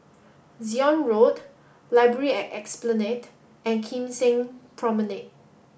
Zion Road Library at Esplanade and Kim Seng Promenade